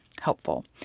helpful